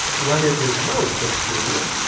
when it is most expedient,